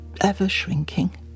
ever-shrinking